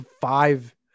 five